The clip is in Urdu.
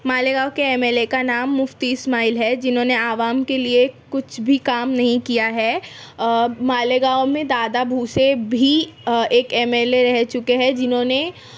مالیگاؤں کے ایم ایل اے کا نام مفتی اسماعیل ہے جنہوں نے عوام کے لیے کچھ بھی کام نہیں کیا ہے مالیگاؤں میں دادا بھوسے بھی ایک ایم ایل اے رہ چکے ہیں جنہوں نے